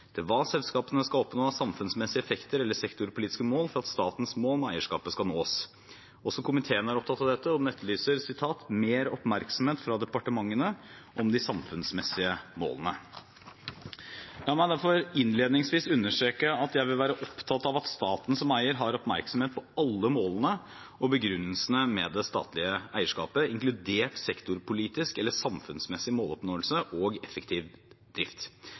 til hva selskapene skal oppnå av samfunnsmessige effekter eller sektorpolitiske mål for at statens mål med eierskapet skal nås». Også komiteen er opptatt av dette, og den «etterlyser mer oppmerksomhet fra departementene om de samfunnsmessige målene». La meg derfor innledningsvis understreke at jeg vil være opptatt av at staten som eier har oppmerksomhet på alle målene med og begrunnelsene for det statlige eierskapet, inkludert sektorpolitisk eller samfunnsmessig måloppnåelse og effektiv drift.